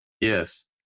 Yes